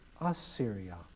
Assyria